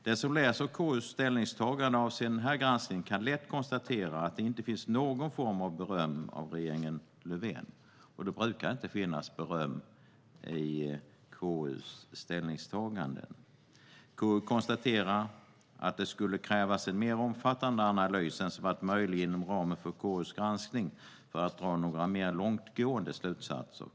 Den som läser KU:s ställningstagande avseende den här granskningen kan lätt konstatera att här inte finns någon form av beröm av regeringen Löfven. Det brukar inte finnas beröm i KU:s ställningstaganden. KU konstaterar att det skulle krävas en mer omfattande analys än den som varit möjlig inom ramen för KU:s granskning för att dra några mer långtgående slutsatser.